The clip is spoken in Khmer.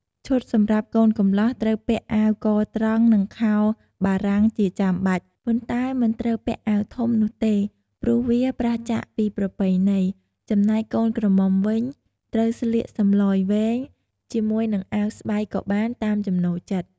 ឈុតសំរាប់កូនកំលោះ ត្រូវពាក់អាវកត្រង់និងខោបារាំងជាចាំបាច់ ប៉ុនែ្តមិនត្រូវពាក់អាវធំនោះទេ ព្រោះវាប្រាសចាកពីប្រពៃណី ចំណែកកូនក្រមុំវិញ ត្រូវស្លៀកសំឡុយវែង ជាមួយនឹងអាវស្បៃក៏បាន តាមចំណូលចិត្ត។